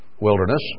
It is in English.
wilderness